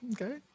okay